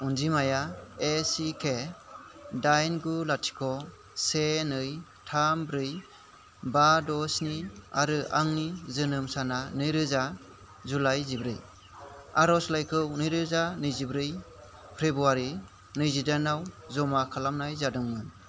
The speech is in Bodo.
अनजिमाया एसिके दाइन गु लाथिख' से नै थाम ब्रै बा द' स्नि आरो आंनि जोनोम साना नैरोजा जुलाइ जिब्रै आर'जलाइखौ नैरोजा नैजिब्रै फ्रेब्रुवारि नैजिदाइनाव जमा खालामनाय जादोंमोन